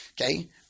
Okay